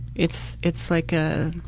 it's it's like a,